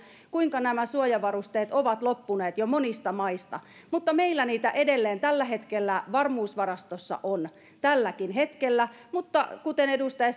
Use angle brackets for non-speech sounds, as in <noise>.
kuinka suojavarusteet ovat loppuneet jo monista maista meillä niitä edelleen varmuusvarastoissa on tälläkin hetkellä mutta kuten edustaja <unintelligible>